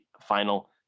final